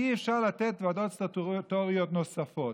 אי-אפשר לתת ועדות סטטוטוריות נוספות,